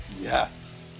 Yes